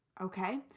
okay